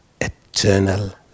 eternal